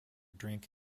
drink